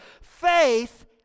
Faith